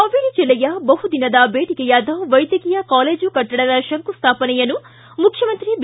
ಹಾವೇರಿ ಜಿಲ್ಲೆಯ ಬಹುದಿನದ ಬೇಡಿಕೆಯಾದ ವೈದ್ಯಕೀಯ ಕಾಲೇಜು ಕಟ್ಟಡದ ಶಂಕುಸ್ಥಾಪನೆಯನ್ನು ಮುಖ್ಯಮಂತ್ರಿ ಬಿ